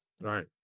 Right